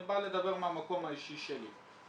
אני בא לדבר מהמקום האישי שלי.